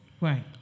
Right